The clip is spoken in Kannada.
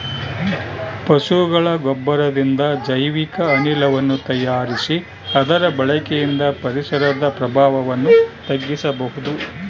ಪಶುಗಳ ಗೊಬ್ಬರದಿಂದ ಜೈವಿಕ ಅನಿಲವನ್ನು ತಯಾರಿಸಿ ಅದರ ಬಳಕೆಯಿಂದ ಪರಿಸರದ ಪ್ರಭಾವವನ್ನು ತಗ್ಗಿಸಬಹುದು